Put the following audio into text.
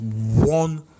one